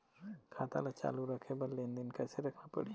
खाता ला चालू रखे बर लेनदेन कैसे रखना पड़ही?